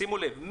שימו לב,